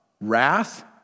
wrath